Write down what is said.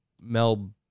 Mel